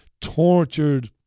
tortured